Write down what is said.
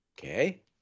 Okay